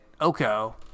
Oko